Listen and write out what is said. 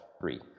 three